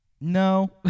No